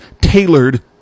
tailored